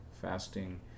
fasting